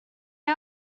are